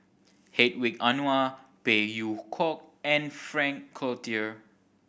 Hedwig Anuar Phey Yew Kok and Frank Cloutier